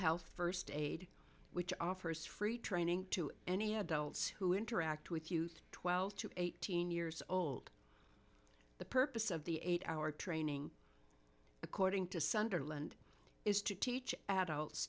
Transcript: health first aid which offers free training to any adults who interact with youth twelve to eighteen years old the purpose of the eight hour training according to sunderland is to teach adults